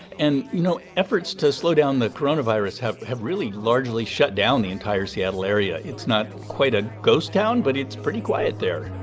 and, you know, efforts to slow down the coronavirus have, really, largely shut down the entire seattle area. it's not quite a ghost town, but it's pretty quiet there